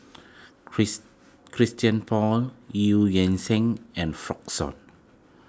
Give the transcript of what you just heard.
Chris Christian Paul Eu Yan Sang and Fuk Sun